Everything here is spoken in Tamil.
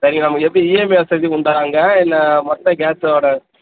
சரி நம்ம எப்படி இஎம்ஐ வசதி உண்டாங்க இல்லை மொத்த கேஸ் ஓட